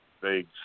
big